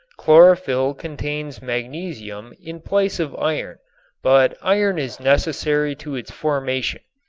chlorophyll contains magnesium in place of iron but iron is necessary to its formation.